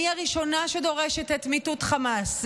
אני הראשונה שדורשת את מיטוט החמאס.